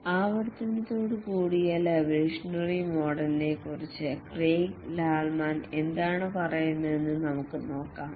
ആവർത്തനത്തോടുകൂടിയ evolutionary model യെക്കുറിച്ച് Craig Larman എന്താണ് പറയുന്നതെന്ന് നമുക്ക് നോക്കാം